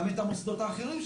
גם את המוסדות האחרים שיש,